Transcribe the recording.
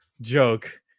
joke